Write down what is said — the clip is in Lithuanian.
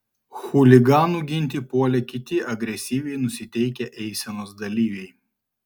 chuliganų ginti puolė kiti agresyviai nusiteikę eisenos dalyviai